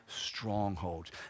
strongholds